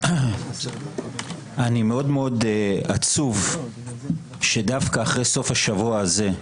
אני מאוד-מאוד עצוב שדווקא אחרי סוף השבוע הזה,